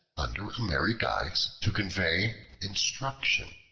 under a merry guise, to convey instruction.